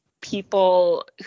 people